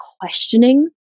questioning